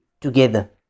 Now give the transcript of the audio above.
together